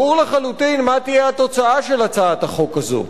ברור לחלוטין מה תהיה התוצאה של הצעת החוק הזאת.